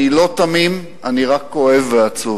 אני לא תמים, אני רק כואב ועצוב.